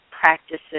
practices